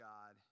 God